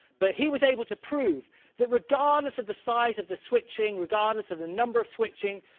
but he was able to prove that, regardless of the size of the switching, regardless of the number of switching,